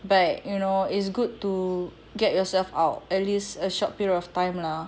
but you know it's good to get yourself out at least a short period of time lah